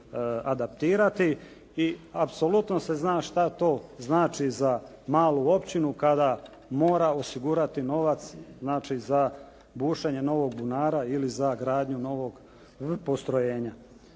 adaptirati i apsolutno se zna šta to znači za malu općinu kada mora osigurati novac znači za bušenje novog bunara ili za gradnju novog postrojenja.